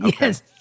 Yes